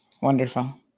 Wonderful